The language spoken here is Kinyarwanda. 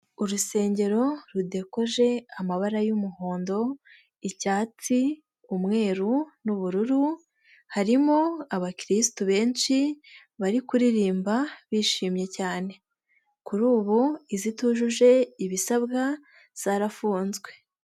Urusengero rudekoje amabara y'umuhondo, icyatsi, umweru n'ubururu, harimo abakirisitu benshi bari kuririmba bishimye cyane, kuri ubu izitujuje ibisabwa zarafunzwe.